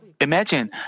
Imagine